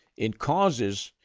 in causes,